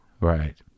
Right